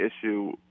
issue